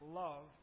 love